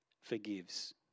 forgives